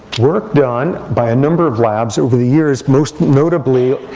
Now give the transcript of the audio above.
work done by a number of labs over the years most notably,